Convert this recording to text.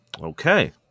Okay